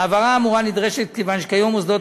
ההבהרה האמורה נדרשת כיוון שכיום מוסדות